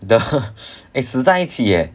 the 死在一起 leh